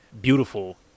beautiful